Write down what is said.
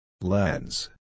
Lens